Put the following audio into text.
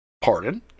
Pardon